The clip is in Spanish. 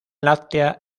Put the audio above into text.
láctea